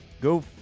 Go